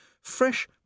fresh